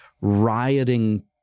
rioting